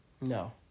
No